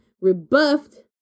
rebuffed